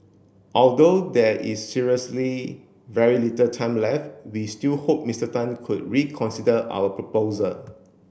although there is seriously very little time left we still hope Mister Tan could reconsider our proposal